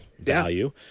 value